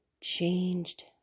changed